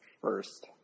first